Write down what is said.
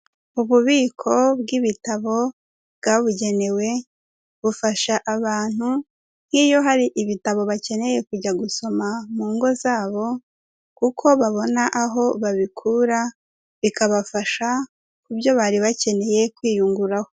Ububiko bw'ibitabo bwabugenewe, bufasha abantu nk'iyo hari ibitabo bakeneye kujya gusoma mu ngo zabo kuko babona aho babikura, bikabafasha ku byo bari bakeneye kwiyunguraho.